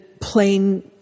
plain